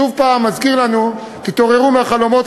זה שוב מזכיר לנו: תתעוררו מהחלומות,